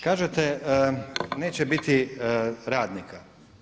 Kažete neće biti radnika.